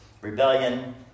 rebellion